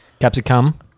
Capsicum